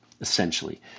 essentially